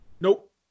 Nope